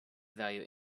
value